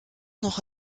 noch